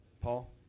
paul